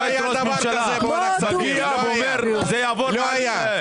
אתם אשכרה עושים להם מחטף על הראש שלהם.